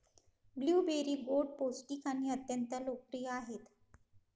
blueberry गोड, पौष्टिक आणि अत्यंत लोकप्रिय आहेत